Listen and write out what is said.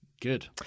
Good